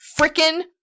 frickin